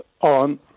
on